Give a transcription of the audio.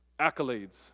accolades